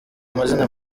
amazina